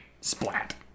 Splat